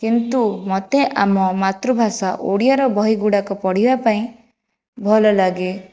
କିନ୍ତୁ ମୋତେ ଆମ ମାତୃଭାଷା ଓଡ଼ିଆର ବହି ଗୁଡ଼ାକ ପଢ଼ିବା ପାଇଁ ଭଲ ଲାଗେ